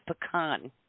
pecan